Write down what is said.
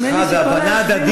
נדמה לי שכל, הערכה והבנה הדדית.